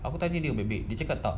aku tanya dia baik-baik dia cakap tak